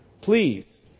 please